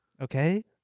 Okay